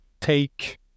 take